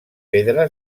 pedra